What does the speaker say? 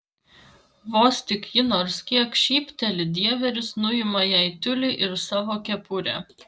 vos tik ji nors kiek šypteli dieveris nuima jai tiulį ir savo kepurę